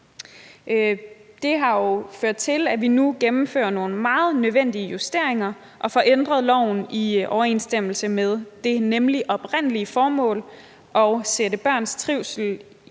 Det har jo ført til, at vi nu gennemfører nogle meget nødvendige justeringer og får ændret loven i overensstemmelse med det oprindelige formål, nemlig at sætte børns trivsel